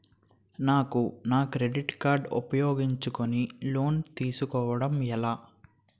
నాకు నా credit card ఉపయోగించుకుని లోన్ తిస్కోడం ఎలా?